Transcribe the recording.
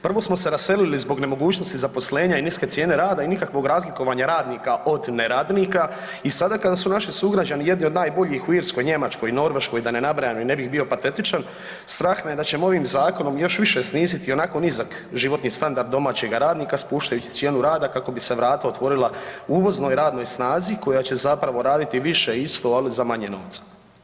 Prvo smo se raselili zbog nemogućnosti zaposlenja i niske cijene rade i nikakvog razlikovanja radnika od neradnika i sada kada su naši sugrađani jedni od najboljih u Irskoj, Njemačkoj i Norveškoj, da ne nabrajam i ne bih bio patetičan, strah me je da ćemo ovim zakonom još više sniziti ionako nizak životni standard domaćega radnika spuštajući cijenu rada kako bi se vrata otvorila uvoznoj radnoj snazi koja će zapravo raditi više isto ali za manje novca.